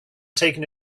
taken